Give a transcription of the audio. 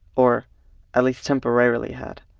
or at least temporarily had.